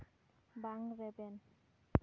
ᱵᱟᱝ ᱨᱮᱵᱮᱱ